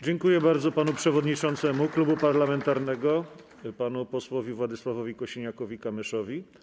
Dziękuję bardzo panu przewodniczącemu klubu parlamentarnego, panu posłowi Władysławowi Kosiniakowi-Kamyszowi.